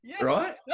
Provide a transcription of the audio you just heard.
Right